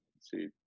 see